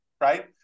Right